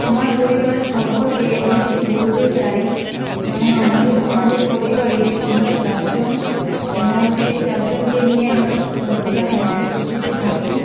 আমার পরিবার সম্পর্কে আমি কিছু বলতে চাই যেমন আমাদের আমাদের পরিবারে আমরা চারজন এবং সেই চারজনকে নিয়ে আমরা সর্বদাই হাসি খুশিতে থাকি